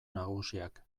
nagusiak